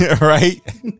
right